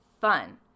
fun